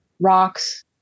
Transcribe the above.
rocks